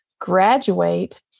graduate